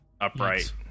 upright